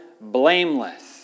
blameless